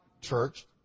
church